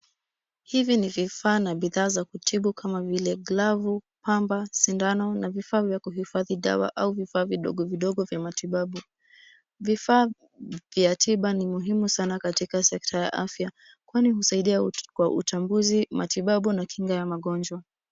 Hivi ni vifaa na bidhaa za kutibu kama vile glavu, pamba, sindano na vifaa vya kuhifadhi dawa ama vifaa vidogo vidogo vya matibabu. Vifaa vya tiba ni muhimu sana katika sekta ya afya. Kwani husaidia kwa utambuzi, matibabu na kinga ya magonjwa.